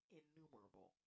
innumerable